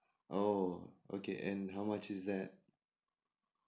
oh okay and how much is that